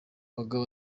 bagabo